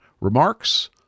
Remarks